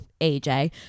AJ